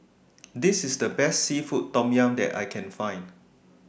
This IS The Best Seafood Tom Yum that I Can Find